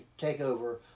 takeover